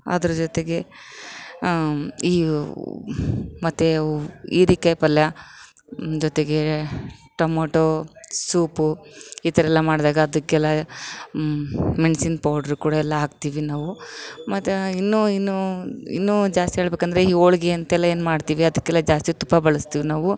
ಅದ್ರ ಜೊತೆಗೆ ಈ ಮತ್ತು ಅವು ಹೀರೆಕಾಯಿ ಪಲ್ಯ ಜೊತೆಗೆ ಟೊಮೊಟೊ ಸೂಪು ಈ ಥರ ಎಲ್ಲ ಮಾಡಿದಾಗ ಅದಕ್ಕೆಲ್ಲ ಮೆಣ್ಸಿನ ಪೌಡ್ರ್ ಕೂಡ ಎಲ್ಲ ಹಾಕ್ತಿವಿ ನಾವು ಮತ್ತು ಇನ್ನು ಇನ್ನು ಇನ್ನು ಜಾಸ್ತಿ ಹೇಳ್ಬೇಕಂದ್ರೆ ಈ ಹೋಳ್ಗಿ ಅಂತೆಲ್ಲ ಏನು ಮಾಡ್ತೀವಿ ಅದ್ಕೆಲ್ಲ ಜಾಸ್ತಿ ತುಪ್ಪ ಬಳಸ್ತೀವಿ ನಾವು